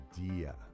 idea